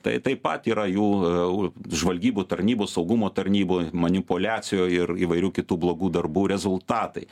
tai taip pat yra jų žvalgybų tarnybų saugumo tarnybų manipuliacijų ir įvairių kitų blogų darbų rezultatai